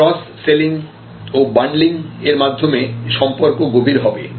cross selling ও bundling এর মাধ্যমে সম্পর্ক গভীর হবে